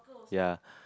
ya